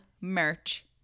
merch